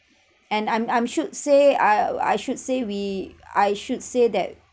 and I'm I'm should say I uh I should say we I should say that